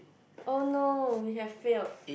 oh no we had failed